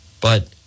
But-